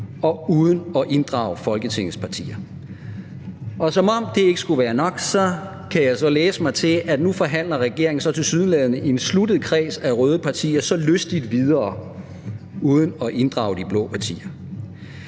og uden at inddrage Folketingets partier. Og som om det ikke skulle være nok, kan jeg så læse mig til, at regeringen nu tilsyneladende lystigt forhandler videre i en sluttet kreds af røde partier uden at inddrage de blå partier.